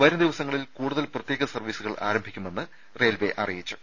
വരും ദിവസങ്ങളിൽ കൂടുതൽ പ്രത്യേക സർവ്വീസുകൾ ആരംഭിക്കുമെന്ന് റെയിൽവെ അറിയിച്ചു